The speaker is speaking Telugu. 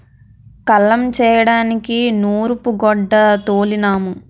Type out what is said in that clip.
కల్లం చేయడానికి నూరూపుగొడ్డ తోలినాము